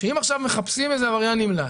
אם עכשיו מחפשים איזה עבריין נמלט